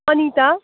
Anita